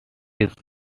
east